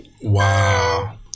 Wow